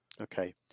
Okay